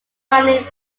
family